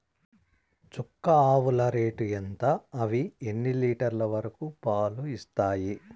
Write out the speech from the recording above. చుక్క ఆవుల రేటు ఎంత? అవి ఎన్ని లీటర్లు వరకు పాలు ఇస్తాయి?